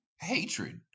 hatred